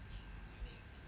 yes everything